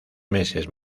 meses